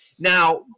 Now